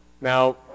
Now